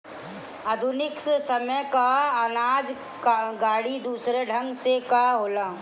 आधुनिक समय कअ अनाज गाड़ी दूसरे ढंग कअ होला